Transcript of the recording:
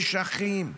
יש אחים,